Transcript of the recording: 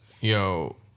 Yo